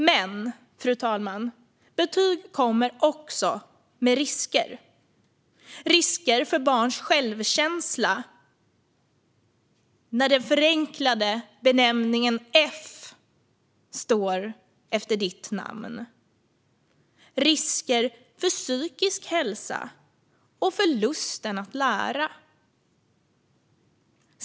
Men, fru talman, betyg kommer också med risker - risker för barns självkänsla när den förenklade benämningen "F" står efter barnets namn och risker för den psykiska hälsan och lusten att lära.